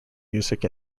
music